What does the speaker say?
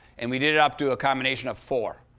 and we did it up to a combination of four.